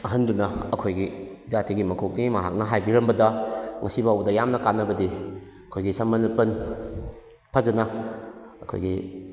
ꯑꯍꯟꯗꯨꯅ ꯑꯩꯈꯣꯏꯒꯤ ꯖꯥꯇꯤꯒꯤ ꯃꯀꯣꯛꯀꯤ ꯃꯍꯥꯛꯅ ꯍꯥꯏꯕꯤꯔꯝꯕꯗ ꯉꯁꯤꯐꯥꯎꯕꯗ ꯌꯥꯝꯅ ꯀꯥꯟꯅꯕꯗꯤ ꯑꯩꯈꯣꯏꯒꯤ ꯁꯝꯕꯜ ꯂꯨꯄꯜ ꯐꯖꯅ ꯑꯩꯈꯣꯏꯒꯤ